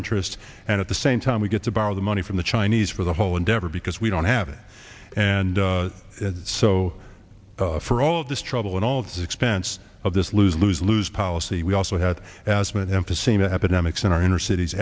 interests and at the same time we get to borrow the money from the chinese for the whole endeavor because we don't have it and so for all of this trouble and all of the expense of this lose lose lose policy we also had asthma and emphysema epidemics in our inner cities